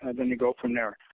then they go from there.